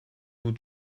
vous